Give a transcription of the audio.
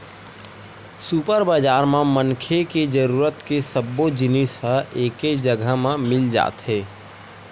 super बजार म मनखे के जरूरत के सब्बो जिनिस ह एके जघा म मिल जाथे